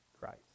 Christ